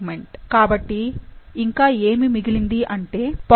కాబట్టి ఇంకా ఏమి మిగిలింది అంటే 0